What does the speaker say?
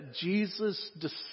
Jesus